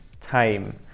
time